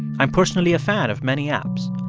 i'm personally a fan of many apps.